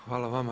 Hvala vama.